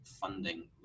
funding